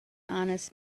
honest